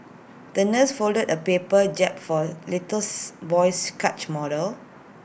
the nurse folded A paper jib for little boy's catch model